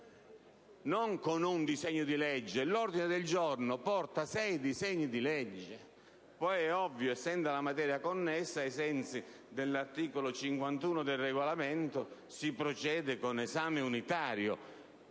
non con uno solo. All'ordine del giorno sono sei disegni di legge. Poi è ovvio che, essendo la materia connessa, ai sensi dell'articolo 51 del Regolamento, si procede con un esame unitario,